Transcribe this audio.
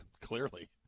Clearly